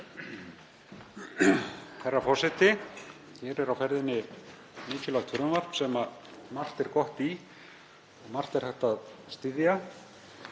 Herra forseti. Hér er á ferðinni mikilvægt frumvarp sem margt er gott í og margt er hægt að styðja.